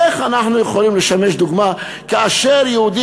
איך אנחנו יכולים לשמש דוגמה כאשר יהודי